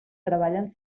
treballen